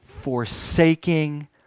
forsaking